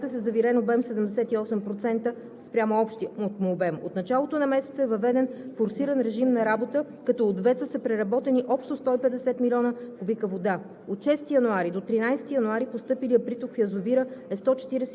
е отворена още една преливна клапа. На 1 януари язовир „Ивайловград“ е със завирен обем 78% спрямо общия му обем. В началото на месеца е въведен форсиран режим на работа, като от ВЕЦ-а са преработени общо 150 милиона кубика вода.